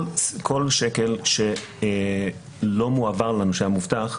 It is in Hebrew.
כל שקל שלא מועבר לנושה המובטח,